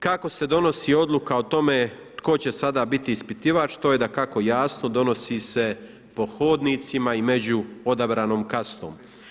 Kako se donosi odluka o tome tko će sada biti ispitivač, to je dakako, jasno, donosi se po hodnicima i među odabranom kastom.